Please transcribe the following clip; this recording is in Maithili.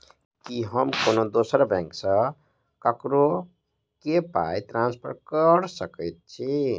की हम कोनो दोसर बैंक सँ ककरो केँ पाई ट्रांसफर कर सकइत छि?